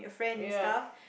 ya